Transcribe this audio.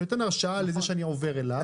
אני נותן הרשאה לזה שאני עובד אליו.